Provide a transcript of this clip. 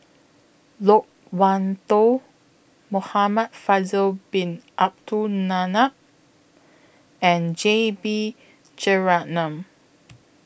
Loke Wan Tho Muhamad Faisal Bin Abdul Manap and J B Jeyaretnam